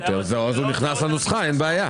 הוצאות, אז הוא נכנס לנוסחה, אין בעיה.